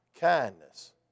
Kindness